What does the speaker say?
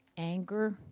Anger